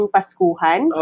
Paskuhan